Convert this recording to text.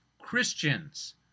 Christians